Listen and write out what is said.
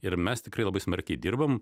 ir mes tikrai labai smarkiai dirbam